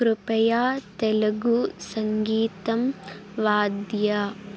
कृपया तेलगु सङ्गीतं वादय